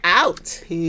out